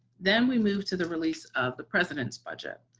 then we move to the release of the president's budget.